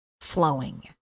flowing